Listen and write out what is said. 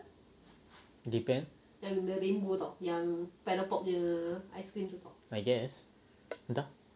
depends I guess entah